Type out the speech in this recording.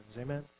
Amen